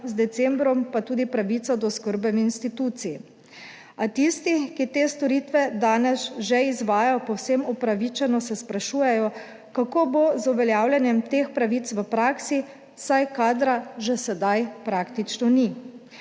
z decembrom pa tudi pravica do oskrbe v instituciji, a tisti, ki te storitve danes že izvajajo povsem upravičeno se sprašujejo, kako bo z uveljavljanjem teh pravic v praksi, saj kadra že sedaj praktično ni.